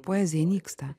poezija nyksta